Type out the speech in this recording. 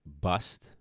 bust